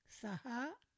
saha